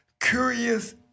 Curious